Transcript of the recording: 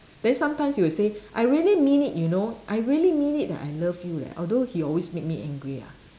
then sometimes he will say I really mean it you know I really mean it that I love you leh although he always make me angry ah